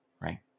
right